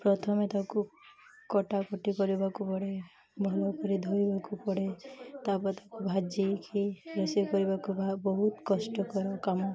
ପ୍ରଥମେ ତାକୁ କଟାକଟି କରିବାକୁ ପଡ଼େ ଭଲକରି ଧୋଇବାକୁ ପଡ଼େ ତାପରେ ତାକୁ ଭାଜିକି ରୋଷେଇ କରିବାକୁ ଭ ବହୁତ କଷ୍ଟକର କାମ